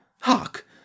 Hark